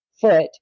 foot